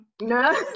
No